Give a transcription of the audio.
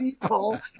people